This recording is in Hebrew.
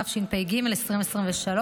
התשפ"ג 2023,